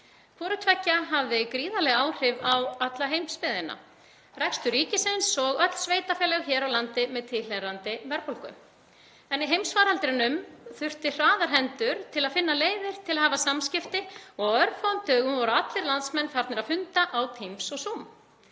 Hvort tveggja hafði gríðarleg áhrif á alla heimsbyggðina, rekstur ríkisins og allra sveitarfélaga hér á landi með tilheyrandi verðbólgu. En í heimsfaraldrinum þurfti hraðar hendur til að finna leiðir til að hafa samskipti og á örfáum dögum voru allir landsmenn farnir að funda á Teams og Zoom.